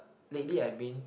lately I been